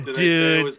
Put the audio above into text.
dude